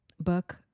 book